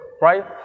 right